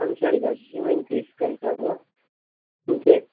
తప్పనిసరిగా అండి మేము తీసుకు వెళతాము ఇంకేం